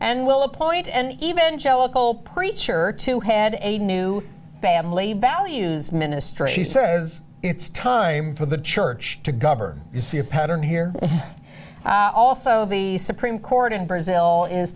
and we'll appoint and even jellicoe preacher to head a new family values ministry he says it's time for the church to govern you see a pattern here also the supreme court in brazil is